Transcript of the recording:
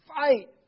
Fight